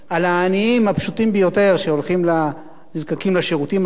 הפשוטים ביותר שנזקקים לשירותים הציבוריים.